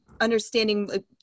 understanding